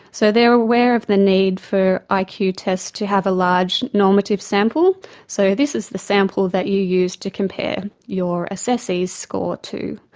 so they are aware of the need for ah like iq tests to have a large normative sample so this is the sample that you use to compare your assessees score to.